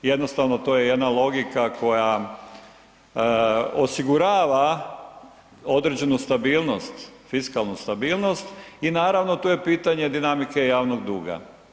Jednostavno, to je jedna logika koja osigurava određenu stabilnost, fiskalnu stabilnost i naravno, tu je pitanje dinamike javnog duga.